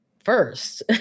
first